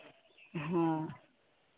ᱦᱚᱸ